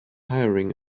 hiring